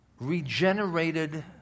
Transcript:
regenerated